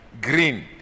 green